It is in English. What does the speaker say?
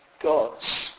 God's